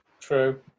True